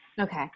Okay